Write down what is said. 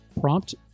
Prompt